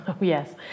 Yes